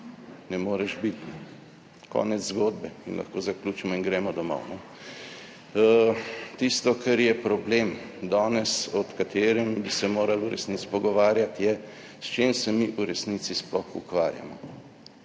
Ne moreš biti. Konec zgodbe in lahko zaključimo in gremo domov. Tisto, kar je problem danes, o katerem bi se morali v resnici pogovarjati, je, s čim se mi v resnici sploh ukvarjamo.